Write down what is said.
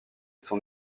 son